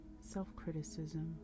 self-criticism